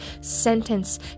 sentence